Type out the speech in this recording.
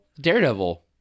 daredevil